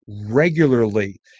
regularly